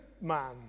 man